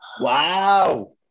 Wow